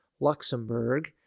Luxembourg